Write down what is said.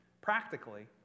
practically